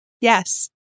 Yes